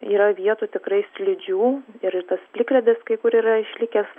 yra vietų tikrai slidžių ir tas plikledis kai kur yra išlikęs